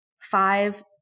five